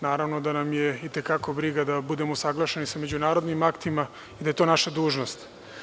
Naravno da nam je i te kako briga da budemo usaglašeni sa međunarodnim aktima, da je to naša dužnost.